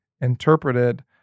interpreted